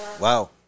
Wow